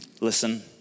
listen